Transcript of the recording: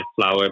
flower